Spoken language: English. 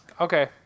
okay